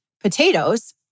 potatoes